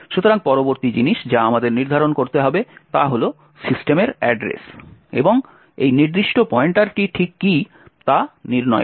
সুতরাং পরবর্তী জিনিস যা আমাদের নির্ধারণ করতে হবে তা হল সিস্টেমের অ্যাড্রেস এবং এই নির্দিষ্ট পয়েন্টারটি ঠিক কী তা নির্ণয় করা